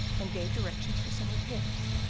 and gave directions for some repairs,